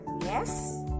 yes